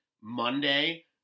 Monday